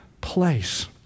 place